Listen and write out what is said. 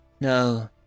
No